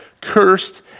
cursed